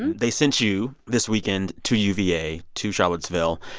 and they sent you this weekend to uva, to charlottesville,